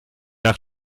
nach